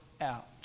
out